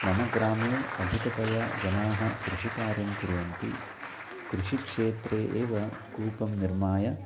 मम ग्रामे अधिकतया जनाः कृषिकार्यं कुर्वन्ति कृषिक्षेत्रे एव कूपं निर्माय